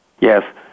Yes